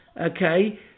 Okay